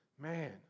man